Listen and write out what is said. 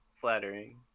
flattering